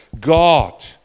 God